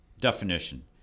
definition